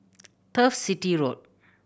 Turf City Road